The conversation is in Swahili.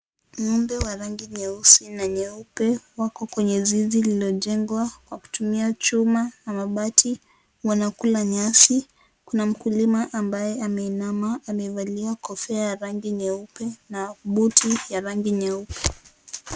Ngombe wa rangi nyeusi na nyeupe, wako kwenye zizi lililojengwa, kwa kutumia chuma na mabati, wanakula nyasi, kuna mkulima ambaye ameinama amevalia kofia ya rangi nyeupe, na buti ya rangi nyeupe.